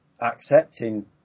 accepting